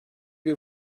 bir